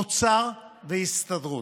אוצר והסתדרות.